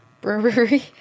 Brewery